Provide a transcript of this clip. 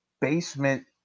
basement